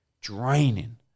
draining